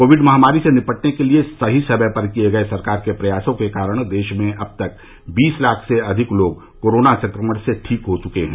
Covid महामारी से निपटने के लिए सही समय पर किए गए सरकार के प्रयासों के कारण देश में अब तक बीस लाख से अधिक लोग कोरोना संक्रमण से ठीक हो चुके हैं